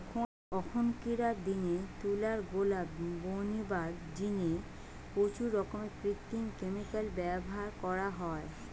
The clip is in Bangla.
অখনকিরার দিনে তুলার গোলা বনিবার জিনে প্রচুর রকমের কৃত্রিম ক্যামিকাল ব্যভার করা হয়